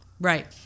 right